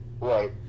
Right